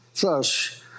Thus